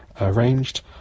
arranged